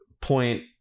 point